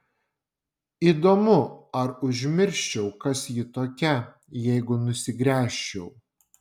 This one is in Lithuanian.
įdomu ar užmirščiau kas ji tokia jeigu nusigręžčiau